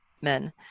men